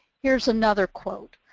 here's another quote.